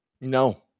No